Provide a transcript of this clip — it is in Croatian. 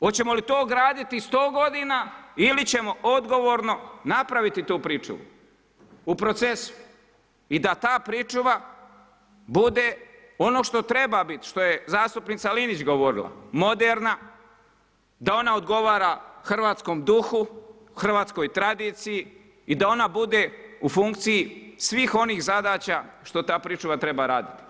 Hoćemo to ograditi sto godina ili ćemo odgovorno napraviti tu priču u procesu i da ta pričuva bude ono što treba biti, što je zastupnica Linić govorila moderna, da ona odgovara hrvatskom duhu, hrvatskoj tradiciji i da ona bude u funkciji svih onih zadaća što ta pričuva treba raditi.